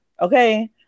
Okay